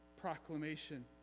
proclamation